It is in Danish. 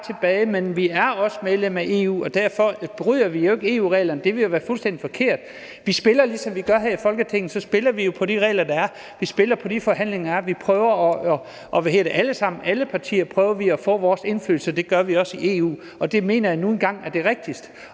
tilbage. Men vi er også medlem af EU, og derfor bryder vi ikke EU-reglerne, for det ville jo være fuldstændig forkert. Vi spiller, ligesom vi gør her i Folketinget, efter de regler, der er; vi spiller med i de forhandlinger, der er; alle partier prøver at få indflydelse, og det gør vi også i EU – og det mener jeg nu en gang er det rigtigste.